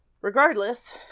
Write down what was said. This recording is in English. Regardless